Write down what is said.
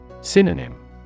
Synonym